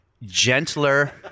Gentler